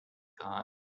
thought